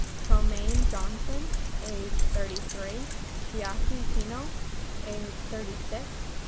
troymaine johnson age thirty three chiaki kino age thirty six,